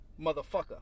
motherfucker